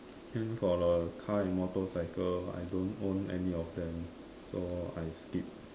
and for the car or motorcycle I don't own any of them so I skip